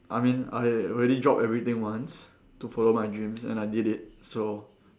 I mean I already dropped everything once to follow my dreams and I did it so